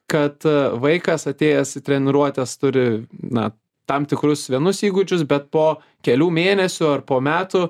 kad vaikas atėjęs į treniruotes turi na tam tikrus vienus įgūdžius bet po kelių mėnesių ar po metų